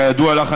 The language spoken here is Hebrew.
כידוע לך,